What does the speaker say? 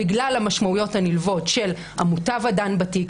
בגלל המשמעויות הנלוות של המוטב הדן בתיק,